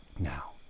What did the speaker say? Now